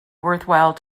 worthwhile